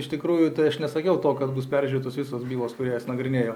iš tikrųjų tai aš nesakiau to kad bus peržiūrėtos visos bylos kurias nagrinėjo